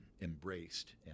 embraced